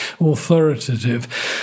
authoritative